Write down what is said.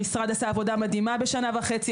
המשרד עשה עבודה מדהימה בשנה וחצי,